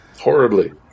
horribly